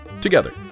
together